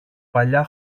παλιά